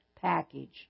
package